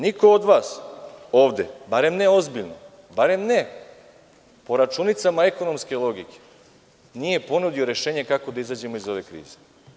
Niko od vas ovde, barem ne ozbiljno, barem ne po računicama ekonomske logike, nije ponudio rešenje kako da izađemo iz ove krize.